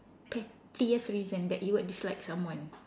pettiest reason that you would dislike someone